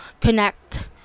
connect